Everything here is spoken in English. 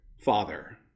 father